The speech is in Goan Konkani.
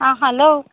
आं हालो